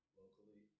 locally